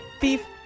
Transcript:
beef